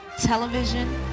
television